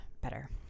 better